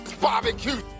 Barbecue